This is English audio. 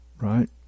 right